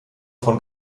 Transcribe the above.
von